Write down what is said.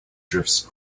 drifts